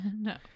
No